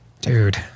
Dude